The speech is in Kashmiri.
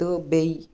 تہٕ بیٚیہِ